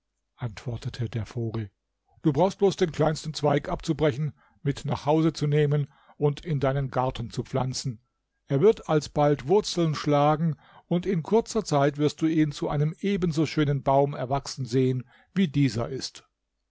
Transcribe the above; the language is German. antwortete der vogel du brauchst bloß den kleinsten zweig abzubrechen mit nach hause zu nehmen und in deinen garten zu pflanzen er wird alsbald wurzeln schlagen und in kurzer zeit wirst du ihn zu einem ebenso schönen baum erwachsen sehen wie dieser ist